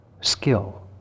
skill